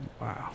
wow